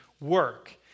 work